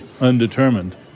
undetermined